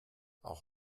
auch